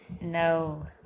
No